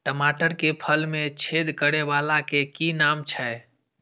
टमाटर के फल में छेद करै वाला के कि नाम छै?